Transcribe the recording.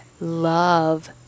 love